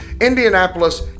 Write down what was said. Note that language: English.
Indianapolis